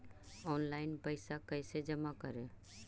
Online पैसा कैसे जमा करे?